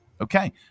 Okay